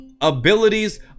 abilities